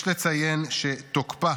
יש לציין שתוקפה